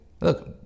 Look